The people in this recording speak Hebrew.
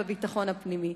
בביטחון הפנימי.